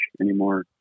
anymore